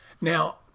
Now